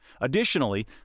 Additionally